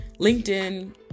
LinkedIn